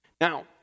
Now